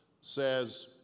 says